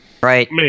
right